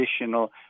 additional